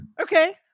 Okay